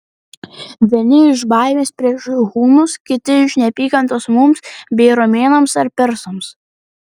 vieni iš baimės prieš hunus kiti iš neapykantos mums bei romėnams ar persams